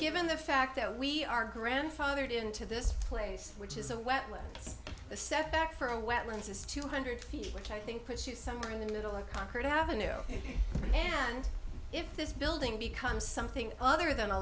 given the fact that we are grandfathered into this place which is a wetlands the setback for a wetlands is two hundred feet which i think puts you somewhere in the middle of concord avenue and if this building becomes something other than a